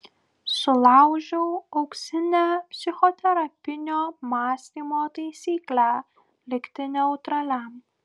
sulaužiau auksinę psichoterapinio mąstymo taisyklę likti neutraliam